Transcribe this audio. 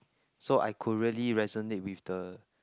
so I could really resonate with the